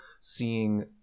seeing